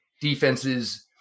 defenses